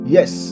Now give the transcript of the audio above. Yes